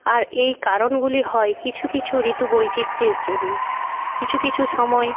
আর এই কারণগুলি হয় কিছু কিছু ঋতু বৈচিত্রের জন্য কিছু কিছু সময়